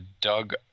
Doug